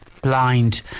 blind